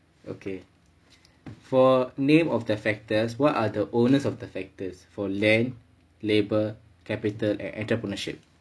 okay for name of the factors what are the owners of the factors for land labour capital and entrepreneurship